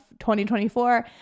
2024